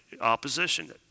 opposition